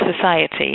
society